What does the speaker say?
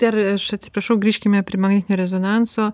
dar aš atsiprašau grįžkime prie magnetinio rezonanso